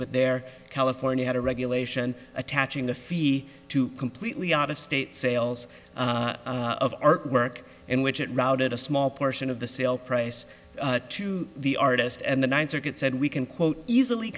but there california had a regulation attaching the fee to completely out of state sales of artwork in which it routed a small portion of the sale price to the artist and the ninth circuit said we can quote easily